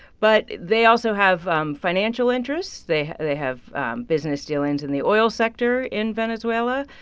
but they also have financial interests. they they have business dealings in the oil sector in venezuela.